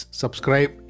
subscribe